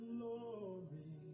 Glory